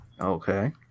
Okay